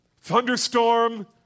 thunderstorm